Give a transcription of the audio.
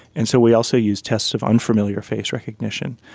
and so we also use tests of unfamiliar face recognition.